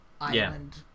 island